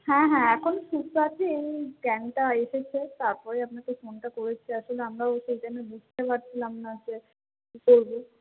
হ্যাঁ হ্যাঁ এখন সুস্থ আছে এমনি জ্ঞানটা এসেছে তারপরেই আপনাকে ফোনটা করেছি আসলে আমরাও সেই টাইমে বুঝতে পারছিলাম না যে কী করবো